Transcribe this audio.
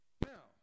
Now